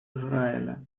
израиля